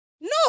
No